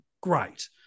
great